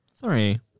Three